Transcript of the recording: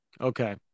Okay